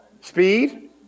Speed